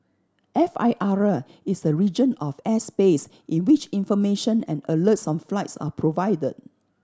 F I R is a region of airspace in which information and alerts on flights are provided